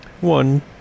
One